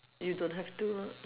you don't have to lah